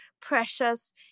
precious